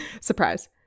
Surprise